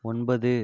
ஒன்பது